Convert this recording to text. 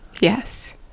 Yes